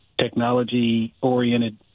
technology-oriented